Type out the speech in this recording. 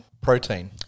Protein